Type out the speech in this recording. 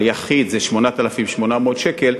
ליחיד זה 8,800 שקל,